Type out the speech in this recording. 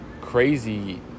crazy